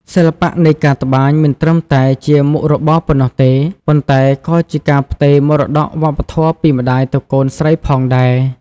សិល្បៈនៃការត្បាញមិនត្រឹមតែជាមុខរបរប៉ុណ្ណោះទេ ប៉ុន្តែក៏ជាការផ្ទេរមរតកវប្បធម៌ពីម្តាយទៅកូនស្រីផងដែរ។